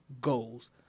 goals